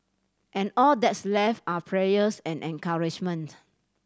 and all that's left are prayers and encouragement